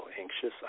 anxious